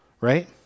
Right